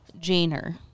Janer